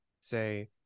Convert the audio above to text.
Say